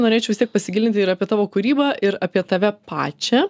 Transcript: norėčiau pasigilinti ir apie tavo kūrybą ir apie tave pačią